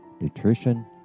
nutrition